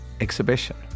exhibition